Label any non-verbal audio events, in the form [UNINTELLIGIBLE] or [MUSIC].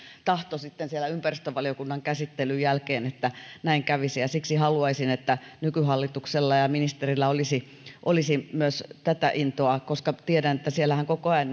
tahto ympäristövaliokunnan käsittelyn jälkeen että näin kävisi ja siksi haluaisin että nykyhallituksella ja ja ministerillä olisi olisi myös tätä intoa koska tiedän että siellähän koko ajan [UNINTELLIGIBLE]